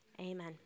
amen